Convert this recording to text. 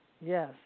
Yes